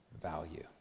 value